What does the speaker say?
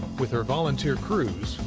with her volunteer crews,